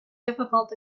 difficult